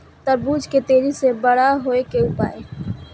तरबूज के तेजी से बड़ा होय के उपाय?